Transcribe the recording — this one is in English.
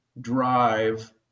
drive